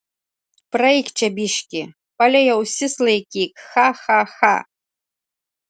praeik čia biškį palei ausis laikyk cha cha cha